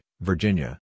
Virginia